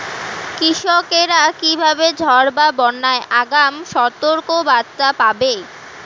কৃষকেরা কীভাবে ঝড় বা বন্যার আগাম সতর্ক বার্তা পাবে?